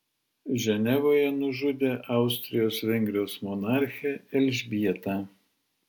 ženevoje nužudė austrijos vengrijos monarchę elžbietą